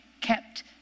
kept